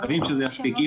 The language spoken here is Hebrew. אנחנו מקווים שזה יספיק.